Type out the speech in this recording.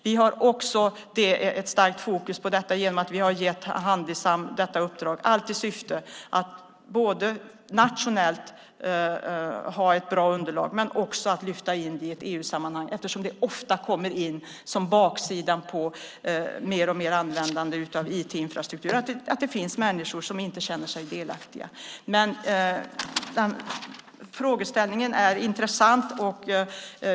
Vi har också stort fokus på detta genom att vi har gett Handisam detta uppdrag - i syfte att ha ett bra underlag nationellt men också att lyfta in det i ett EU-sammanhang. Det kommer ofta in som baksidan på mer och mer användande av IT-infrastruktur att det finns människor som inte känner sig delaktiga. Frågeställningen är intressant.